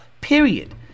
period